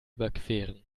überqueren